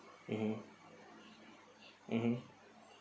mmhmm mmhmm